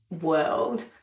world